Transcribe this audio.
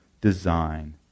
design